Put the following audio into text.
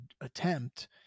attempt